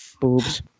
Boobs